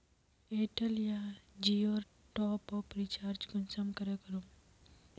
Airtel या जियोर top up recharge कुंसम करे करूम?